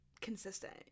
consistent